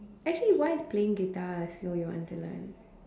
actually why is playing guitar a skill you want to learn